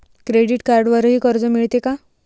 Credit कार्डवरही कर्ज मिळते का?